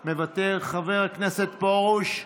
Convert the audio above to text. מוותר, חבר הכנסת פרוש,